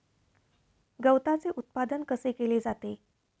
गवताचे उत्पादन कसे केले जाते?